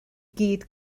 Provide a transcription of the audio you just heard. gyd